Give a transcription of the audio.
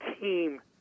team